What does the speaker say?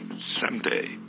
someday